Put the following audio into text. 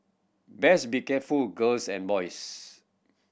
best be careful girls and boys